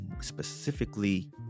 specifically